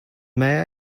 mayor